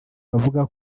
bavuga